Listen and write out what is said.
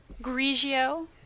Grigio